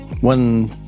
One